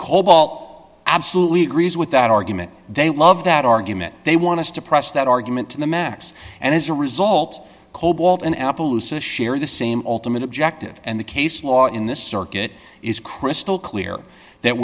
cobalt absolutely agrees with that argument they love that argument they want us to press that argument to the max and as a result cobalt and appaloosa share the same ultimate objective and the case law in this circuit is crystal clear that